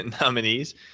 nominees